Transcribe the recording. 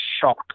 shock